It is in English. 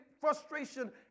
frustration